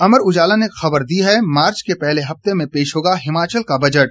अमर उजाला ने खबर दी है मार्च के पहले हफ्ते में पेश होगा हिमाचल का बजट